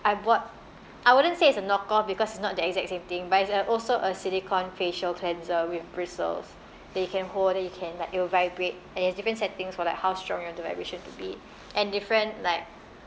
I bought I wouldn't say it's a knock off because it's not the exact same thing but it's like also a silicon facial cleanser with bristles that you can hold then you can like it will vibrate and it has different settings for like how strong you want the vibration to be and different like